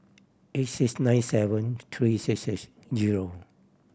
eight six nine seven three six six zero